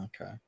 okay